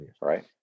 right